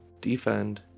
defend